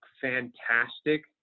fantastic